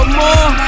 more